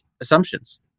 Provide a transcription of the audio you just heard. assumptions